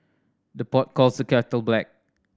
the pot calls the kettle black